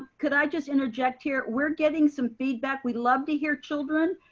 could i just interject here? we're getting some feedback. we love to hear children,